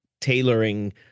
tailoring